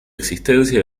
existencia